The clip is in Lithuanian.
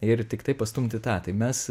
ir tiktai pastumti tą tai mes